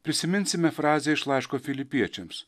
prisiminsime frazę iš laiško filipiečiams